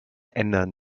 ändern